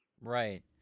Right